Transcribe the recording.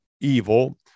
evil